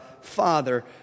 Father